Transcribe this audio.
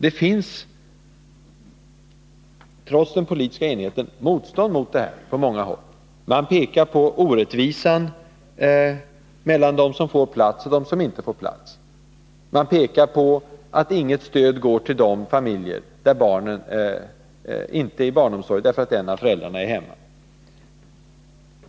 Det finns trots den politiska enigheten motstånd mot detta på många håll. Man pekar på orättvisan mellan dem som får plats och dem som inte får plats. Man pekar på att inget stöd går till de familjer där barnen inte är i barnomsorg, därför att en av föräldrarna är hemma.